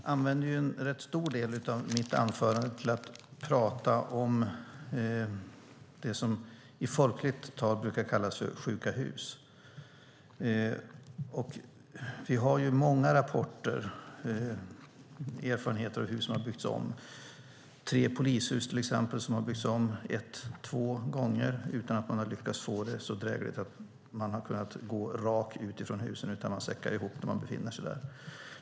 Herr talman! Jag använde en rätt stor del av mitt anförande till att prata om det som i folkligt tal brukar kallas sjuka hus. Vi har många rapporter om erfarenheter från hus som har byggts om. Det är till exempel tre polishus som har byggts om, ett hus två gånger utan att man har lyckats få det så drägligt att man har kunnat gå rak ut från husen, utan man säckar ihop när man befinner sig där.